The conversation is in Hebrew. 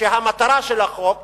שהמטרה של החוק